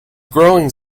growing